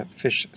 fish